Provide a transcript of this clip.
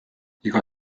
iga